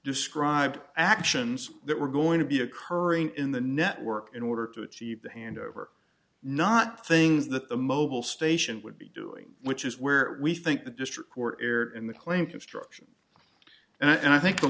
described actions that were going to be occurring in the network in order to achieve the handover not things that the mobile station would be doing which is where we think the district court in the claim construction and i think the